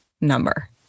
number